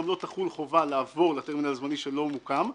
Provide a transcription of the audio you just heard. גם לא תחול חובה לעבור לטרמינל הזמני שלא מוקם,